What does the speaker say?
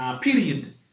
period